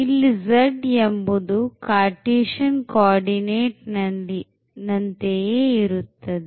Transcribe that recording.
ಇಲ್ಲಿ z ಎಂಬುದು Cartesian coordinate ಅಂತೆಯೇ ಇರುತ್ತದೆ